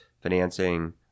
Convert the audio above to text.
financing –